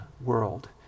world